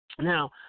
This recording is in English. now